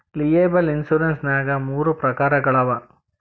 liable insurance ನ್ಯಾಗ್ ಮೂರ ಪ್ರಕಾರಗಳವ